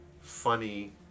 funny